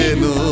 no